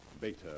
Beta